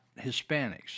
Hispanics